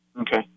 Okay